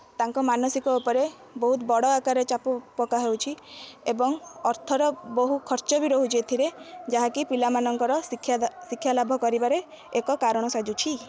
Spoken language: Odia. ତାଙ୍କ ମାନସିକ ଉପରେ ବହୁତ ବଡ଼ ଆକାରରେ ଚାପ ପକା ହେଉଛି ଏବଂ ଅର୍ଥର ବହୁ ଖର୍ଚ୍ଚ ବି ରହୁଛି ଏଥିରେ ଯାହାକି ପିଲାମାନଙ୍କର ଶିକ୍ଷା ଶିକ୍ଷା ଲାଭ କରିବାରେ ଏକ କାରଣ ସାଜୁଛି